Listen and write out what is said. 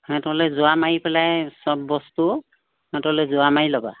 সিহঁতলৈ জোৰা মাৰি পেলাই সব বস্তু সিহঁতলৈ জোৰা মাৰি ল'বা